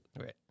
Right